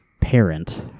parent